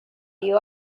you